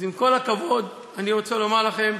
אז עם כל הכבוד, אני רוצה לומר לכם,